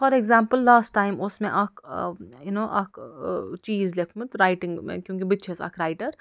for example last time اوس مےٚ اکھ یوٗ نو اکھ چیٖز لیوٚکھمُت رایٹِنٛگ کیونکہِ بہٕ تہِ چھَس اکھ رایٹر